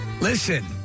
Listen